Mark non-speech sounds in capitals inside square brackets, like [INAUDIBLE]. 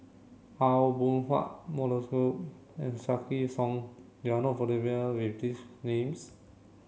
Aw Boon Haw [UNINTELLIGIBLE] and Wykidd Song you are not familiar with these names